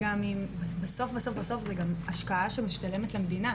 בסוף בסוף זו גם השקעה שמשתלמת למדינה,